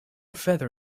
feather